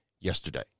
yesterday